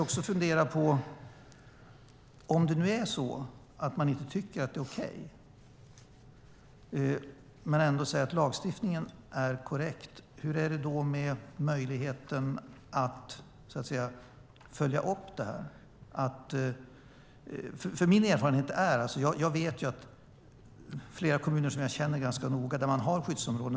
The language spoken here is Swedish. Om man inte tycker att det är okej men ändå säger att lagstiftningen är korrekt, hur är det då med möjligheten att följa upp detta? Jag vet att flera kommuner som jag känner ganska noga har skyddsområden.